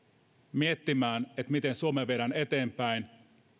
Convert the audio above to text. miettimään miten suomea viedään eteenpäin